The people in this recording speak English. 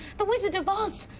the wizard of oz!